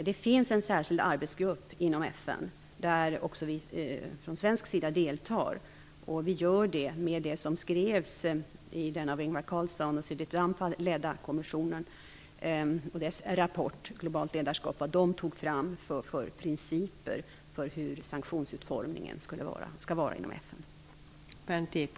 Det finns en särskild arbetsgrupp inom FN, där vi deltar från svensk sida. Vi gör det med de principer för sanktionsutformning inom FN som togs fram i rapporten om globalt ledarskap. Den rapporten skrevs av en kommission som leddes av Ingvar Carlsson och